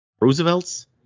roosevelt's